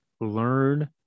Learn